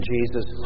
Jesus